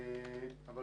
אבל